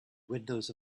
windows